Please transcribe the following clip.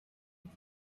with